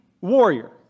warrior